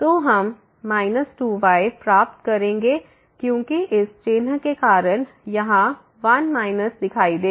तो हम 2y प्राप्त करेंगे क्योंकि इस चिन्ह के कारण यहाँ 1 माइनस दिखाई देगा